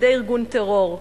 בידי ארגון טרור.